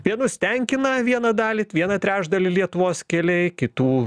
vienus tenkina vieną dalį vieną trečdalį lietuvos keliai kitų